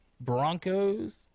Broncos